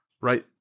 right